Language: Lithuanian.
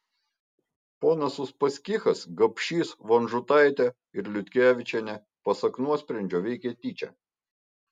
ponas uspaskichas gapšys vonžutaitė ir liutkevičienė pasak nuosprendžio veikė tyčia